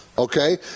Okay